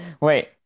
Wait